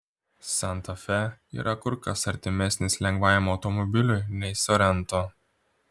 santa fe yra kur kas artimesnis lengvajam automobiliui nei sorento